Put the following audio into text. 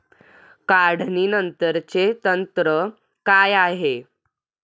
काढणीनंतरचे तंत्र काय आहे?